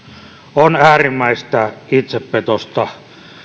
on äärimmäistä itsepetosta